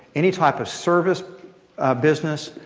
any type of service business,